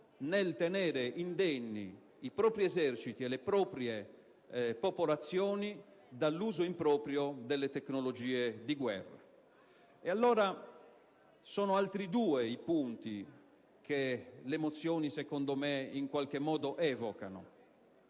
nel tenere indenni i propri eserciti e le proprie popolazioni dall'uso improprio delle tecnologie di guerra. Sono altri due i punti che le mozioni in qualche modo evocano.